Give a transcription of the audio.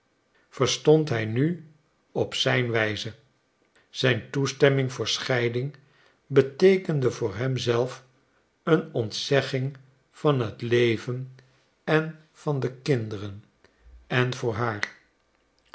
verstond hij nu op zijn wijze zijne toestemming tot scheiding beteekende voor hem zelf een ontzegging van het leven en van de kinderen en voor haar